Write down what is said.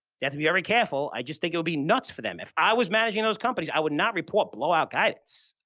yeah to be very careful. i just think it will be nuts for them. if i was managing those companies, i would not report blowout guidance.